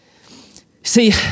See